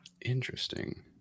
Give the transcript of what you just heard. interesting